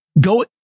Go